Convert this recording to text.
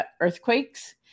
earthquakes